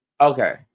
Okay